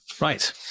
Right